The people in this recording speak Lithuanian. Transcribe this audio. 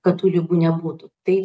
kad tų ligų nebūtų tai